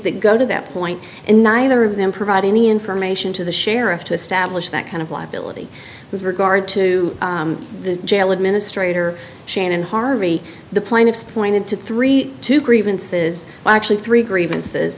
that go to that point and neither of them provide any information to the sheriff to establish that kind of liability with regard to the jail administrator shannon harvey the plaintiffs pointed to three two grievances actually three grievances